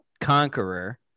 conqueror